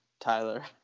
Tyler